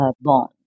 bond